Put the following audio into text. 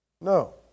No